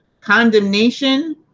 condemnation